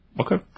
Okay